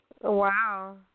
Wow